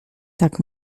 tak